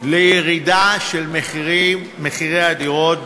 לירידה משמעותית של מחירי הדירות,